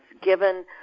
given